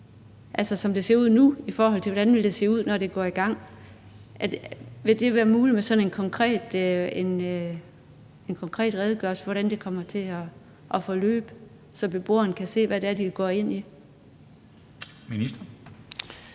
altså hvordan det ser ud nu, i forhold til hvordan det vil se ud, når det går i gang? Vil det være muligt at lave en konkret redegørelse for, hvordan det kommer til at forløbe, så beboerne kan se, hvad de går ind til?